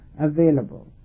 available